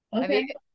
okay